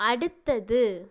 அடுத்தது